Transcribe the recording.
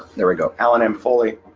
there we go allen m foley,